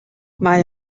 mae